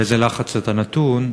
באיזה לחץ אתה נתון,